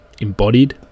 embodied